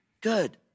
good